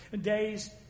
Days